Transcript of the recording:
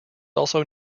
also